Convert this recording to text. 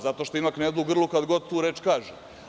Zato što ima knedlu u grlu, kada god tu reč kaže.